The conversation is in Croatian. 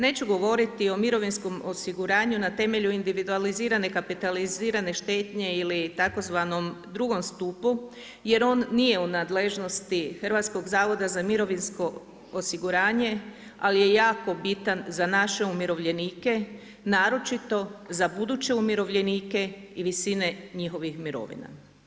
Neću govoriti o mirovinskom osiguranju na temelju individualizirane kapitalizirane štednje ili tzv. drugom stupu jer on nije u nadležnosti Hrvatskog zavoda za mirovinsko osiguranje, ali je jako bitan za naše umirovljenike naročito za buduće umirovljenike i visine njihovih mirovina.